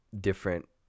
different